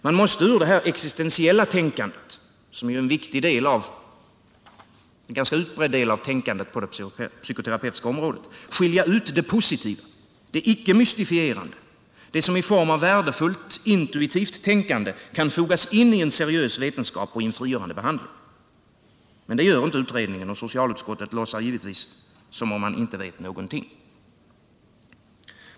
Man måste ur det här existensiella tänkandet, som är en viktig del av tänkandet på det psykoterapeutiska området, skilja ut det positiva, det ickemystifierande, det som i form av värdefullt intuitivt tänkande kan fogas in i seriös vetenskap och frigörande behandling. Men det gör inte utredningen, och socialutskottet låtsas givetvis som om man inte vet någonting.